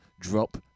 drop